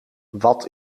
wat